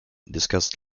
discussed